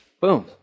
boom